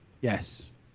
Yes